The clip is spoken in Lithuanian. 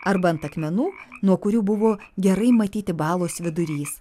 arba ant akmenų nuo kurių buvo gerai matyti balos vidurys